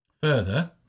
Further